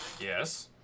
Yes